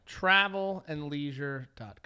TravelandLeisure.com